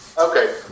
Okay